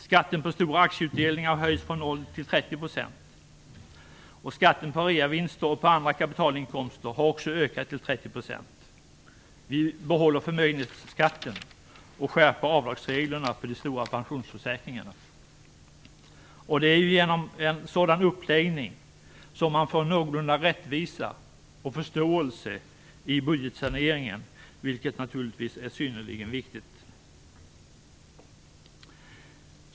Skatten på stora aktieutdelningar har höjts från 0 till 30 %. Skatten på reavinster och på andra kapitalinkomster har också ökat till 30 %. Vi behåller förmögenhetsskatten och skärper avdragsreglerna för de stora pensionsförsäkringarna. Det är genom en sådan uppläggning som man kan åstadkomma någorlunda rättvisa i och förståelse för budgetsaneringen, vilket naturligtvis är synnerligen viktigt.